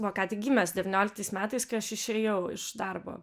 va ką tik gimęs devynioliktais metais kai aš išėjau iš darbo